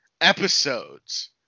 episodes